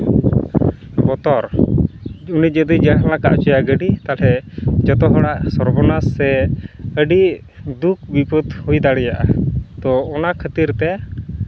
ᱵᱚᱛᱚᱨ ᱩᱱᱤ ᱡᱚᱫᱤ ᱡᱟᱦᱟᱸ ᱞᱮᱠᱟ ᱦᱚᱪᱚᱭᱟᱭ ᱜᱟᱹᱰᱤ ᱡᱚᱛᱚ ᱦᱚᱲᱟᱜ ᱥᱚᱨᱵᱚᱱᱟᱥ ᱥᱮ ᱟᱹᱰᱤ ᱫᱩᱠ ᱵᱤᱯᱚᱫ ᱦᱩᱭ ᱫᱟᱲᱮᱭᱟᱜᱼᱟ ᱛᱚ ᱚᱱᱟ ᱠᱷᱟᱹᱛᱤᱨ ᱛᱮ